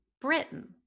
Britain